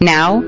Now